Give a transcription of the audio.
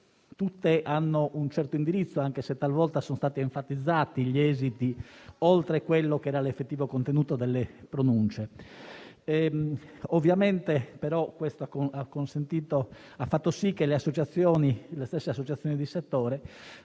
Tutte hanno un certo indirizzo, anche se talvolta sono stati enfatizzati gli esiti, oltre quello che era l'effettivo contenuto delle pronunce. Ovviamente però questo ha fatto sì che le stesse associazioni di settore